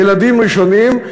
ילדים ראשונים,